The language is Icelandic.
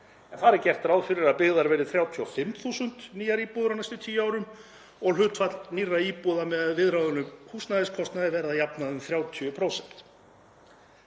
en þar er gert ráð fyrir að byggðar verði 35.000 nýjar íbúðir á næstu 10 árum og að hlutfall nýrra íbúða með viðráðanlegum húsnæðiskostnaði verði að jafnaði um 30%.“